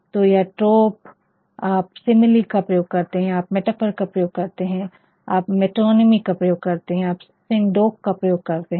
तो यह है ट्रोप आप सिमिली का प्रयोग करते हैं आप मैटरफर का प्रयोग करते हैं आप मेटोनिमी का प्रयोग करते हैं आप सिंकडोक का प्रयोग करते हैं